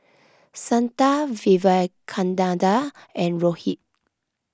Santha Vivekananda and Rohit